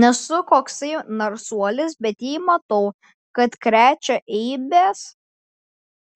nesu koksai narsuolis bet jei matau kad krečia eibes